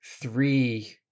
three